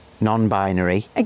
non-binary